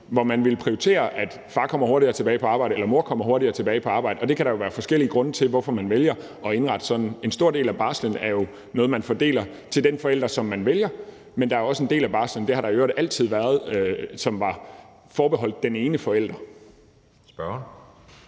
hvor man vil prioritere, at far kommer hurtigere tilbage på arbejde, eller at mor kommer hurtigere tilbage på arbejde, og der kan jo være forskellige grunde til, at man vælger at indrette sig sådan. En stor del af barslen er jo noget, man fordeler til den forælder, som man vælger, men der er også en del af barslen, og sådan har det i øvrigt altid været, som er forbeholdt den ene forælder. Kl.